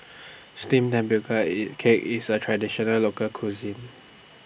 Steamed Tapioca IT Cake IS A Traditional Local Cuisine